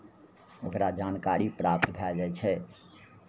ओकरा जानकारी प्राप्त भए जाइ छै